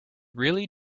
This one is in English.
really